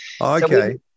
Okay